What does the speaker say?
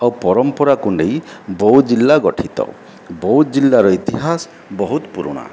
ଆଉ ପରମ୍ପରାକୁ ନେଇ ବଉଦ ଜିଲ୍ଲା ଗଠିତ ବଉଦ ଜିଲ୍ଲାର ଇତିହାସ ବହୁତ ପୁରୁଣା